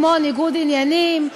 כמו ניגוד עניינים,